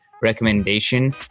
recommendation